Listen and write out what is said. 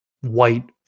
white